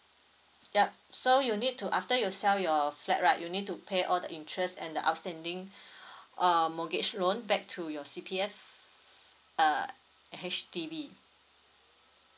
yup so you need to after you sell your flat right you need to pay all the interest and the outstanding err mortgage loan back to your C_P_F uh H_D_B